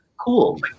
Cool